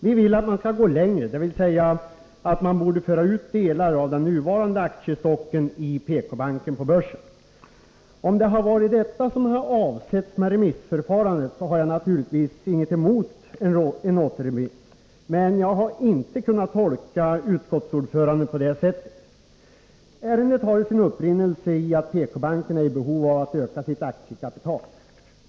Vi vill att man skall gå längre, dvs. man borde föra ut delar av den nuvarande aktiestocken i PK-banken på börsen. Om det är detta som avses med återremissförfarandet, har jag naturligtvis inget emot en återremiss, men jag har inte kunnat tolka utskottsordföranden på det sättet. Ärendet har ju sin upprinnelse i att PK-banken är i behov av att öka sitt aktiekapital.